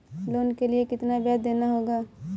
Loan के लिए कितना ब्याज देना होगा?